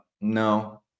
no